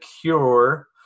cure